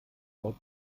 ort